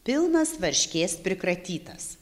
pilnas varškės prikratytas